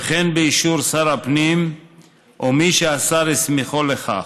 וכן באישור שר הפנים או מי שהשר הסמיכו לכך,